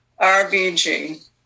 RBG